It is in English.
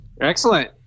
Excellent